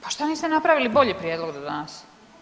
Pa šta niste napravili bolji prijedlog do danas?